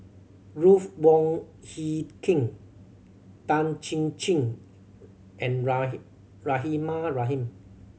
Ruth Wong Hie King Tan Chin Chin and Rahimah Rahim